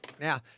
Now